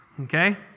Okay